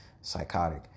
psychotic